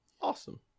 Awesome